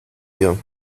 dir